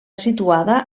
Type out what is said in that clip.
situada